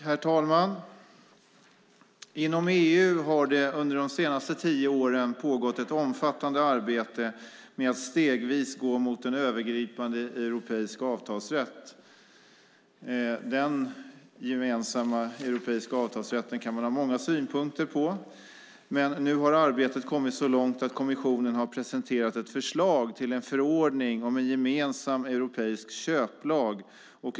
Herr talman! Inom EU har det under de senaste tio åren pågått ett omfattande arbete med att stegvis gå mot en övergripande europeisk avtalsrätt. Denna gemensamma europeiska avtalsrätt kan man ha många synpunkter på, men nu har arbetet kommit så långt att kommissionen har presenterat ett förslag till en förordning om en gemensam europeisk köplag.